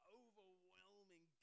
overwhelming